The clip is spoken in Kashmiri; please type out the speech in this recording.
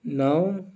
نَو